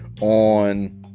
on